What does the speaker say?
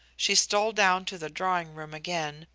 she stole down to the drawing-room again,